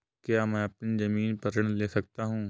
क्या मैं अपनी ज़मीन पर ऋण ले सकता हूँ?